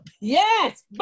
Yes